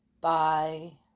bye